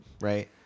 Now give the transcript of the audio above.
right